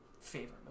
Favorite